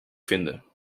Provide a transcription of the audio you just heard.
vinden